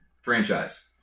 franchise